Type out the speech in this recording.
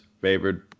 favored